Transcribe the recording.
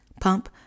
pump